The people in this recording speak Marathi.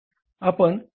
आपण तेच केले